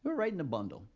ah right in the bundle.